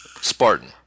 Spartan